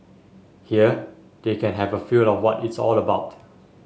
here they can have a feel of what it's all about